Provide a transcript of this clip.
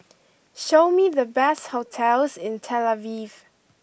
show me the best hotels in Tel Aviv